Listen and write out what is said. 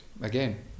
again